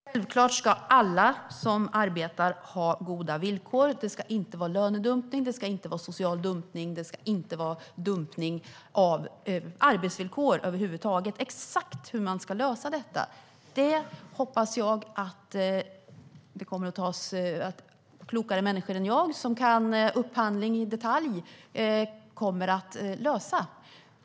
Herr talman! Självklart ska alla som arbetar ha goda villkor. Det ska inte vara lönedumpning, social dumpning eller dumpning av arbetsvillkor över huvud taget. Exakt hur man ska göra detta hoppas jag att klokare människor än jag, som kan upphandling i detalj, kommer att lösa.